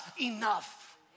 enough